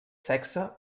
sexe